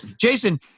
Jason